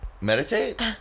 meditate